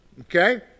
okay